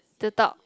to talk